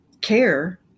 care